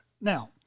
now